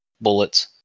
bullets